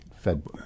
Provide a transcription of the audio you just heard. Fed